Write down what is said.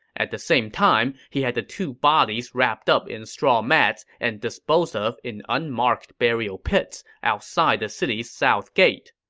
at the same time, he had the two bodies wrapped up in straw mats and disposed of in unmarked burial pits outside the city's south gate.